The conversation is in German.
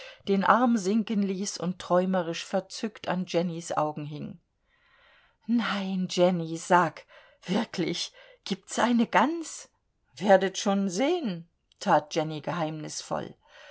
den arm sinken ließ und träumerisch verzückt an jennys augen hing nein jenny sag wirklich gibt's eine gans werdet schon sehen tat jenny geheimnisvoll